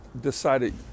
decided